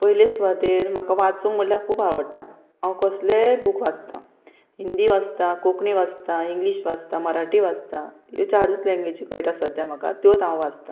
पयले सुवातेर म्हाका वाचूंक म्हणल्यार खूब आवडटा हांव कसलेय बूक वाचतां हिंदी वाचतां कोंकणी वाचता इंग्लीश वाचता मराठी वाचता ह्यो चारूच लॅंग्वेजी पळयटा सद्या म्हाका त्योच हांव वाचतां